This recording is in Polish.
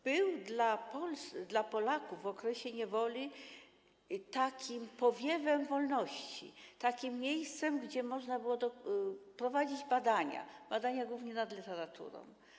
Był dla Polaków w okresie niewoli takim powiewem wolności, takim miejscem, gdzie można było prowadzić badania, głównie nad literaturą.